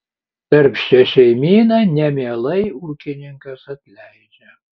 darbščią šeimyną nemielai ūkininkas atleidžia